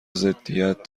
ضدیت